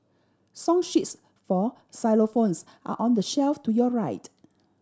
song sheets for xylophones are on the shelf to your right